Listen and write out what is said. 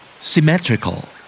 Symmetrical